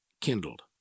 kindled